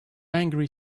angry